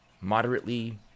moderately